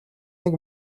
нэг